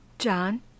John